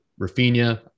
Rafinha